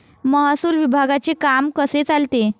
महसूल विभागाचे काम कसे चालते?